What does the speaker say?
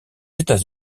états